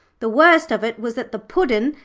the worst of it was that the puddin',